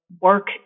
work